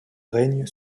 règne